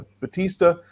Batista